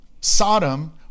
Sodom